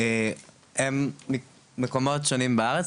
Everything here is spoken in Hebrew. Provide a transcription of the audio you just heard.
הם ממקומות שונים בארץ,